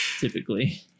Typically